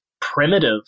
primitive